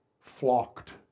flocked